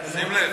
שים לב.